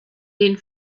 den